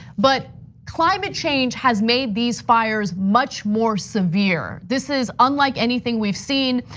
but climate change has made these fires much more severe. this is unlike anything we've seen,